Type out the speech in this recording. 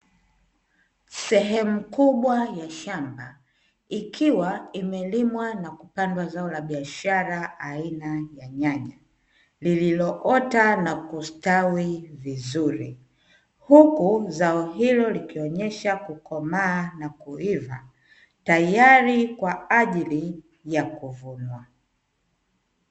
Sehemu kubwa ya shamba ikiwa imelimwa na kupandwa zao la biashara aina ya nyanya, lililoota na kustawi vizuri; huku zao hilo likionyesha kukomaa na kuiva tayari kwa ajili ya kuvunwa.